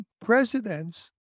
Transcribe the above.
presidents